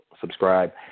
subscribe